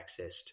accessed